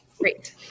Great